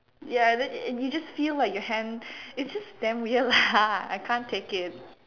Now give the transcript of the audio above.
ya then you just feel like your hands it's just damn weird lah I can't take it